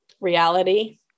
reality